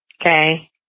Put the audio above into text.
okay